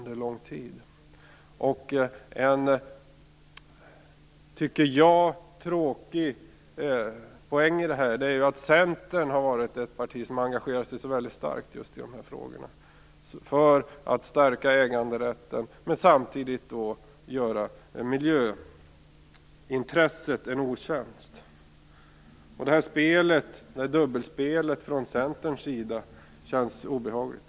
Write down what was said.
En, tycker jag, tråkig poäng här är att Centern engagerat sig mycket starkt i frågor som handlar om att stärka äganderätten. Samtidigt gör man ju miljöintresset en otjänst. Det här dubbelspelet från Centerns sida känns obehagligt.